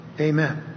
amen